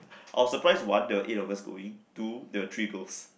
I was surprised one there were eight of us going two there were three girls